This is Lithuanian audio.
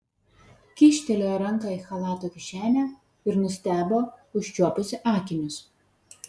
kyštelėjo ranką į chalato kišenę ir nustebo užčiuopusi akinius